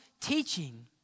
teaching